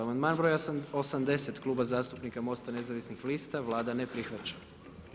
Amandman broj 80., Klub zastupnika MOST-a nezavisnih lista, Vlada ne prihvaća.